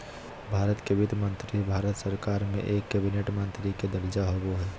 भारत के वित्त मंत्री भारत सरकार में एक कैबिनेट मंत्री के दर्जा होबो हइ